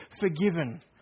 forgiven